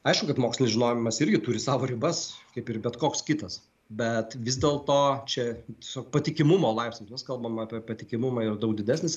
aišku kad mokslinis žinojimas irgi turi savo ribas kaip ir bet koks kitas bet vis dėl to čia su patikimumo laipsniu mes kalbam apie patikimumą ir daug didesnis